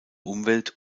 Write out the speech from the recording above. umwelt